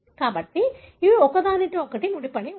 కాబట్టి ఇవి ఒకదానితో ఒకటి ముడిపడి ఉన్నాయి